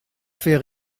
fait